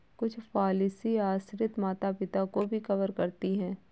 कुछ पॉलिसी आश्रित माता पिता को भी कवर करती है